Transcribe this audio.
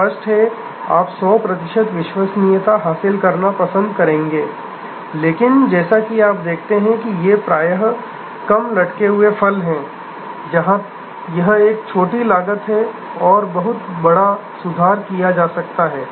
स्पष्ट है आप 100 प्रतिशत विश्वसनीयता हासिल करना पसंद करते हैं लेकिन जैसा कि आप देखते हैं कि ये प्राय कम लटके हुए फल हैं जहां यह एक छोटी लागत है और बहुत बड़ा सुधार किया जा सकता है